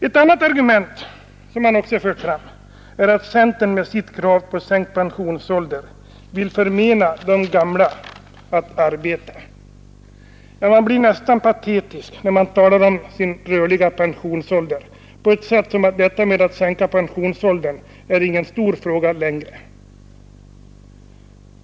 Ett annat argument som också förs fram är att centern med sitt krav på sänkt pensionsålder vill förmena de gamla att arbeta. Man blir nästan patetisk när man talar om den rörliga pensionsåldern på ett sätt som om en sänkning av pensionsåldern inte är någon stor fråga längre.